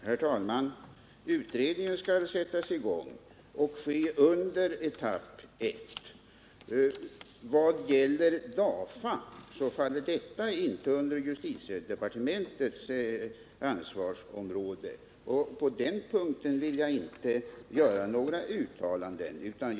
Herr talman! Utredningen skall sättas i gång och ske under etapp 1. DAFA faller inte under justitiedepartementets ansvarsområde, och på den punkten vill jag inte göra några uttalanden.